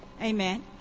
Amen